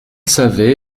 savait